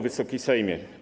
Wysoki Sejmie!